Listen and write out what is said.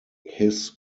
his